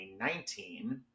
2019